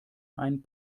ein